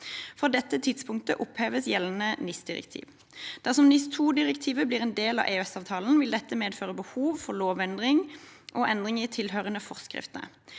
Fra dette tidspunktet oppheves gjeldende NISdirektiv. Dersom NIS2-direktivet blir en del av EØS-avtalen, vil dette medføre behov for lovendringer og endringer i tilhørende forskrifter.